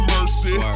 Mercy